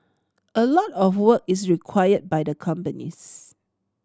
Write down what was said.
a lot of work is required by the companies